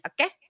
okay